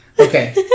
Okay